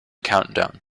countdown